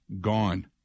gone